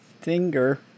finger